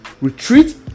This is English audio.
Retreat